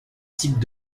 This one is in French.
types